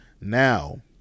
Now